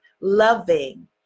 loving